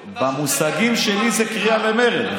במושגים שלי זה קריאה למרד,